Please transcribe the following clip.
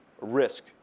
risk